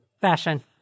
fashion